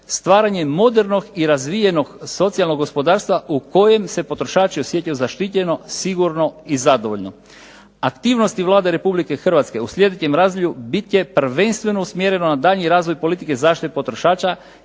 stvaranje modernog i razvijenog socijalnog gospodarstva u kojem se potrošači osjećaju zaštićeno, sigurno i zadovoljno. Aktivnosti Vlade Republike Hrvatske u sljedećem razdoblju bit će prvenstveno usmjerene na daljnji razvoj politike zaštite potrošača